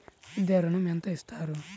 విద్యా ఋణం ఎంత ఇస్తారు?